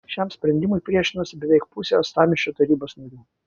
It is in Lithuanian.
šiam sprendimui priešinosi beveik pusė uostamiesčio tarybos narių